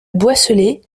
boisselée